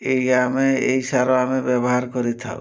ଏଇ ଆମେ ଏଇ ସାର ଆମେ ବ୍ୟବହାର କରିଥାଉ